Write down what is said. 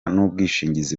n’ubwishingizi